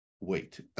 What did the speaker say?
wait